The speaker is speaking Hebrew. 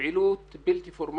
אותו ומאוד אוהבים אותו,